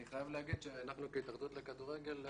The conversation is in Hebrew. אני חייב להגיד שאנחנו כהתאחדות לכדורגל,